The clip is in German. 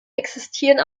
existieren